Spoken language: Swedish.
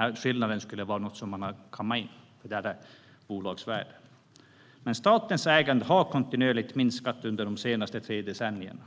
att skillnaden skulle vara något som man har kammat in, utan det är bolagsvärdet. Statens ägande har kontinuerlig minskat under de senaste tre decennierna.